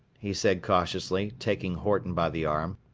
he said cautiously, taking horton by the arm,